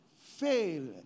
fail